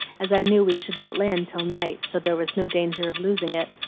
as i knew we should not land till night, so there was no danger of losing it.